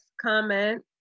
comment